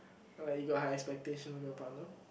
like you got high expectation of your partner